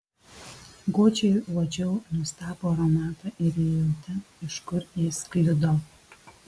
godžiai uodžiau nuostabų aromatą ir ėjau ten iš kur jis sklido